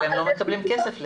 הם לא מקבלים כסף לזה.